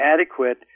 adequate